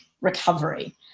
recovery